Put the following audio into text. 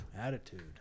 Attitude